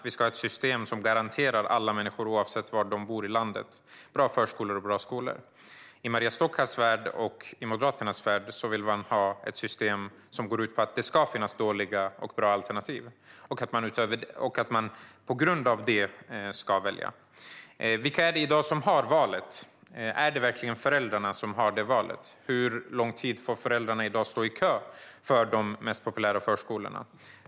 Vi ska ha ett system som garanterar alla människor, oavsett var de bor i landet, bra förskolor och bra skolor. I Maria Stockhaus och Moderaternas värld vill ni ha ett system som går ut på att det ska finnas dåliga och bra alternativ och att man grundat på detta ska välja. Vilka är det egentligen som har valet? Är det verkligen föräldrarna? Hur lång tid får föräldrarna i dag stå i kö till de mest populära förskolorna?